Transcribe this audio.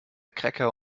cracker